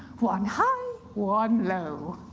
one high, one low.